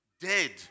dead